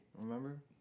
Remember